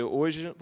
hoje